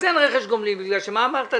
אז אין רכש גומלין, בגלל מה אמרת?